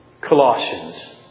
Colossians